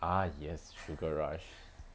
ah yes sugar rush